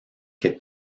que